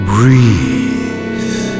Breathe